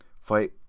fight